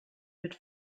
mit